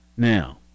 Now